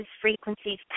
frequencies